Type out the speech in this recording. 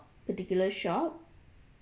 particular shop